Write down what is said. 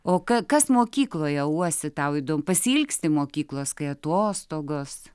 o ka kas mokykloje uosi tau įdom pasiilgsti mokyklos kai atostogos